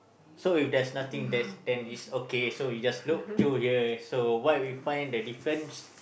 so if there's nothing there's then it's okay so you just look through here so what we find the difference